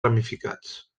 ramificats